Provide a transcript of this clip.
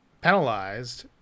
penalized